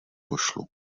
pošlu